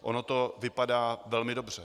Ono to vypadá velmi dobře.